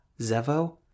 Zevo